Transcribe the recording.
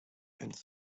and